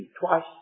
twice